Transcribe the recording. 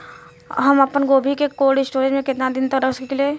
हम आपनगोभि के कोल्ड स्टोरेजऽ में केतना दिन तक रख सकिले?